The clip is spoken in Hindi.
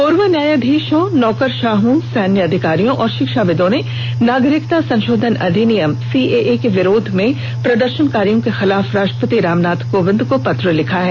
पूर्व न्यायाधीशों नौकरशाहों सैन्य अधिकारियों और शिक्षाविदों ने नागरिकता संशोधन अधिनियम सीएए के विरोध में प्रदर्शनकारियों के खिलाफ राष्ट्रपति रामनाथ कोविंद को पत्र लिखा है